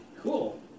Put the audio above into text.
Cool